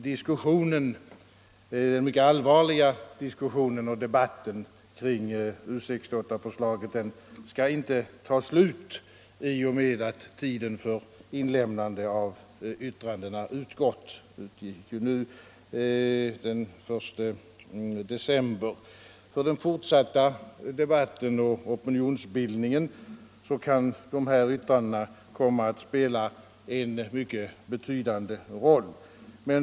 Jag menar att — den mycket allvarliga — diskussionen och debatten kring U 68-förslaget inte bör ta slut i och med att tiden för inlämnande av yttranden utgick den 1 december. För den fortsatta debatten och opinionsbildningen kan dessa yttranden komma att spela en mycket betydande roll.